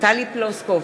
טלי פלוסקוב,